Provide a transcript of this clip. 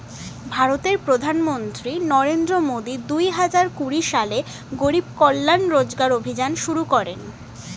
ভারতের প্রধানমন্ত্রী নরেন্দ্র মোদি দুহাজার কুড়ি সালে গরিব কল্যাণ রোজগার অভিযান শুরু করেন